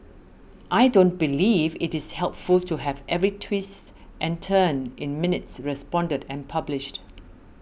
I don't believe it is helpful to have every twist and turn in minutes reported and published